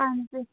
हां जी